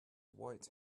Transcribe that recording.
white